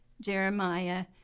Jeremiah